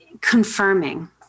confirming